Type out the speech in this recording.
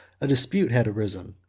a dispute had arisen,